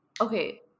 Okay